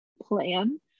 plan